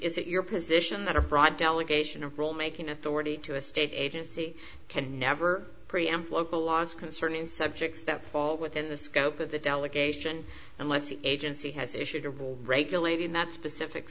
is it your position that a broad delegation of rule making authority to a state agency can never preempt local laws concerning subjects that fall within the scope of the delegation unless the agency has issued a rule regulating that specific